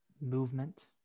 movement